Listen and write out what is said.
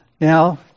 Now